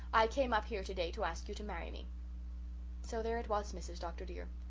i came up here today to ask you to marry me so there it was, mrs. dr. dear.